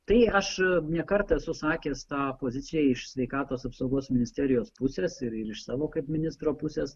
tai aš ne kartą esu sakęs tą poziciją iš sveikatos apsaugos ministerijos pusės ir iš savo kaip ministro pusės